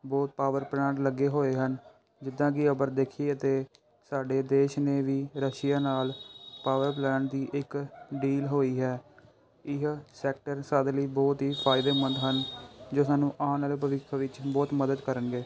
ਬਹੁਤ power plant ਲੱਗੇ ਹੋਏ ਹਨ ਜਿੱਦਾਂ ਕਿ ਅਗਰ ਦੇਖੀਏ ਤਾਂ ਸਾਡੇ ਦੇਸ਼ ਨੇ ਵੀ ਰਸ਼ੀਆ ਨਾਲ ਪਾਵਰ ਪਲੈਨ ਦੀ ਇੱਕ ਡੀਲ ਹੋਈ ਹੈ ਇਹ ਸੈਕਟਰ ਸਾਡੇ ਲਈ ਬਹੁਤ ਹੀ ਫ਼ਾਇਦੇਮੰਦ ਹਨ ਜੋ ਸਾਨੂੰ ਆਉਣ ਵਾਲੇ ਭਵਿੱਖ ਵਿੱਚ ਬਹੁਤ ਮਦਦ ਕਰਨਗੇ